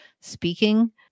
speaking